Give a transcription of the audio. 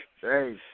Hey